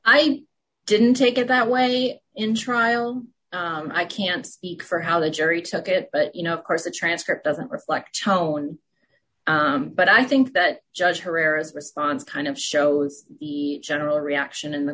i didn't take it that way in trial and i can't speak for how the jury took it but you know of course the transcript doesn't reflect chauhan but i think that judge herrera's response kind of shows the general reaction in the